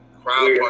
crowd